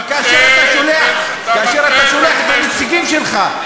אבל כאשר אתה שולח את הנציגים שלך,